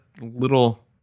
little